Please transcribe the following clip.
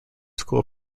school